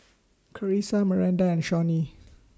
Carisa Maranda and Shawnee